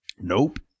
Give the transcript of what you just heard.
Nope